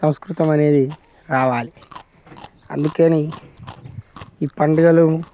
సంస్కృతం అనేది రావాలి అందుకని ఈ పండుగలు